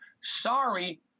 Sorry